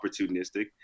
opportunistic